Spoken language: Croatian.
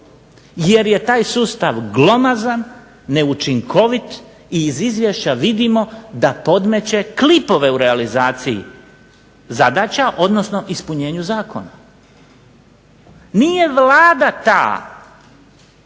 jer je taj sustav glomazan, neučinkovit i iz izvješća vidimo da podmeće klipove u realizaciji zadaća odnosno ispunjenju zakona. Nije Vlada ta